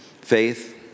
faith